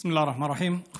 בסם אללה א-רחמאן א-רחים.